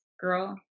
girl